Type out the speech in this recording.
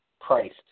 priced